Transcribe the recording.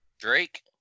Drake